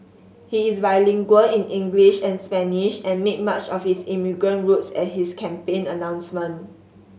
he is bilingual in English and Spanish and made much of his immigrant roots at his campaign announcement